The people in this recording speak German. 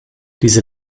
diese